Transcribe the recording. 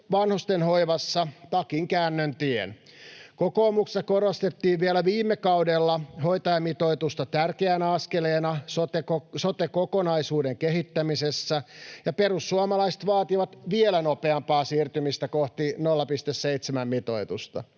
vanhustenhoivassa takinkäännön tien. Kokoomuksessa korostettiin vielä viime kaudella hoitajamitoitusta tärkeänä askeleena sote-kokonaisuuden kehittämisessä, ja perussuomalaiset vaativat vielä nopeampaa siirtymistä kohti 0,7:n mitoitusta.